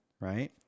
right